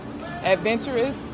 adventurous